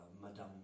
madame